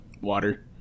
water